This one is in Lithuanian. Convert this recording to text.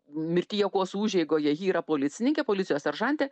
mirtyje kuosų užeigoje ji yra policininkė policijos seržantė